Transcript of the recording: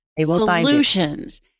solutions